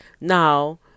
Now